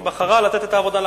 היא בחרה לתת את העבודה לאחרים.